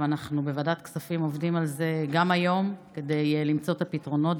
ואנחנו בוועדת כספים עובדים על זה גם היום כדי למצוא את הפתרונות,